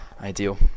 ideal